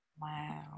Wow